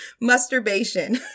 Masturbation